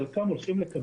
חלקם הולכים לקבל